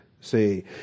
See